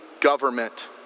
government